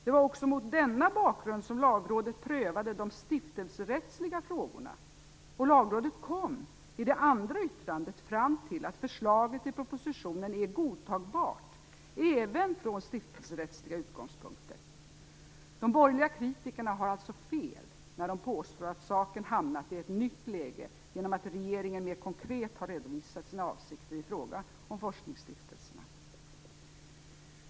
Det var också mot denna bakgrund som Lagrådet prövade de stiftelserättsliga frågorna, och Lagrådet kom i det andra yttrandet fram till att förslaget i propositionen är godtagbart även från stiftelserättsliga utgångspunkter. De borgerliga kritikerna har alltså fel när de påstår att saken hamnat i ett nytt läge genom att regeringen mer konkret har redovisat sina avsikter i fråga om forskningsstiftelserna.